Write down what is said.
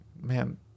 Man